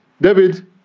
David